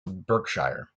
berkshire